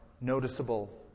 noticeable